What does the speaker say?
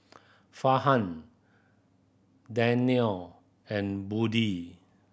Farhan Danial and Budi